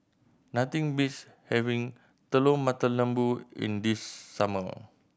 nothing beats having Telur Mata Lembu in the summer